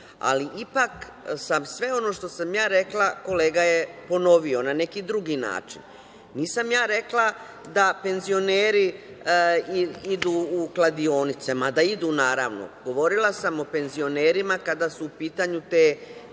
ipak sam sve ono što sam rekla, kolega je ponovio na neki drugi način. Nisam ja rekla da penzioneri idu u kladionice, mada idu naravno, govorila sam o penzionerima kada su u pitanju te